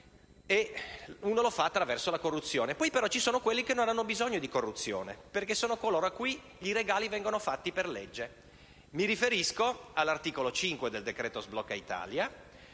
e lo si fa attraverso la corruzione. Poi ci sono quelli che non hanno bisogno di corruzione, perché sono coloro ai quali i regali vengono fatti per legge. Mi riferisco all'articolo 5 del cosiddetto decreto sblocca Italia,